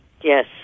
Yes